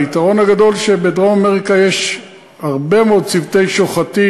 היתרון הגדול הוא שבדרום-אמריקה יש הרבה מאוד צוותי שוחטים,